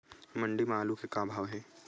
मंडी म आलू के का भाव हे?